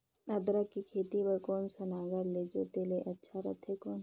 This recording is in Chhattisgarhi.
अदरक के खेती बार कोन सा नागर ले जोते ले अच्छा रथे कौन?